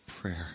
prayer